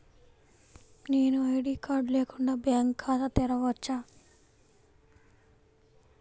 నేను ID card లేకుండా bank ఖాతా తెరవచ్చా?